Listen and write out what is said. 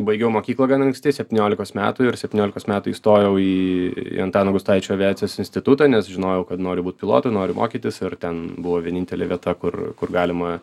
baigiau mokyklą gana anksti septyniolikos metų ir septyniolikos metų įstojau į antano gustaičio aviacijos institutą nes žinojau kad noriu būt pilotu noriu mokytis ir ten buvo vienintelė vieta kur kur galima